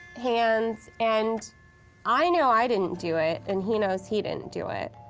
hands, and i know i didn't do it, and he knows he didn't do it,